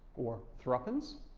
or thrapens,